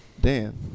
dan